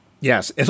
Yes